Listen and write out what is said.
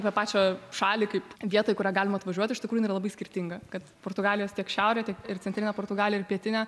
apie pačią šalį kaip vietą į kurią galima atvažiuoti iš tikrųjų jinai yra labai skirtinga kad portugalijos tiek šiaurė tiek ir centrinė portugalija ir pietinė